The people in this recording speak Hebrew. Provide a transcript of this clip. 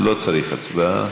לא צריך הצבעה.